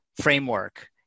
framework